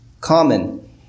common